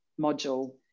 module